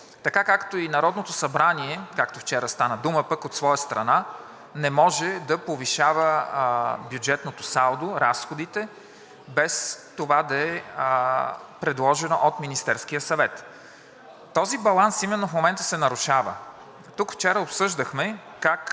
Така, както и Народното събрание, както вчера стана дума, от своя страна не може да повишава бюджетното салдо, разходите, без това да е предложено от Министерския съвет. Този баланс именно в момента се нарушава. Тук вчера обсъждахме как